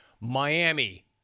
Miami